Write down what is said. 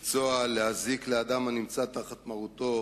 לפצוע, להזיק לאדם הנמצא תחת מרותו,